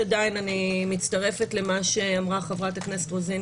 אני מצטרפת למה שאמרה חברת הכנסת רוזין,